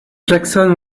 jackson